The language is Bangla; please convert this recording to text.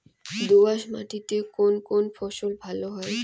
দোঁয়াশ মাটিতে কোন কোন ফসল ভালো হয়?